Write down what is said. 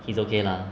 he's okay lah